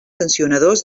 sancionadors